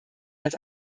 als